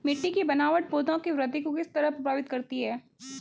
मिटटी की बनावट पौधों की वृद्धि को किस तरह प्रभावित करती है?